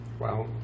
Wow